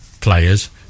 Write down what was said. players